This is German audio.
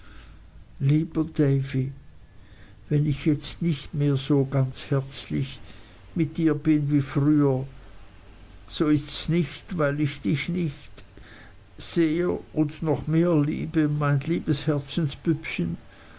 lieber davy wenn ich jetzt nicht ganz so herzlich mit dir bin wie früher so ists nicht weil ich dich nicht sehr und noch mehr liebe mein liebes herzenspüppchen